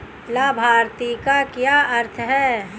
लाभार्थी का क्या अर्थ है?